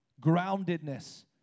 groundedness